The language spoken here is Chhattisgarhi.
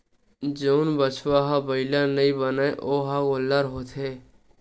जउन बछवा ह बइला नइ बनय ओ ह गोल्लर होथे